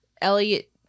Elliot